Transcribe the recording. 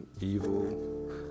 evil